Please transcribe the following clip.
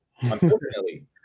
Unfortunately